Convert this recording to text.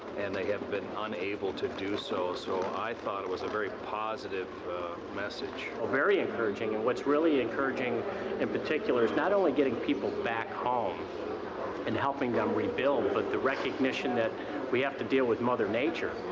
and they have been unable to do so. so i thought it was a very positive message. ah very encouraging. and what's really encouraging in particular is not only getting people back home and helping them rebuild, but the recognition that we have to deal with mother nature,